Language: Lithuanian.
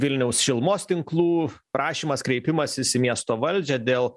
vilniaus šilumos tinklų prašymas kreipimasis į miesto valdžią dėl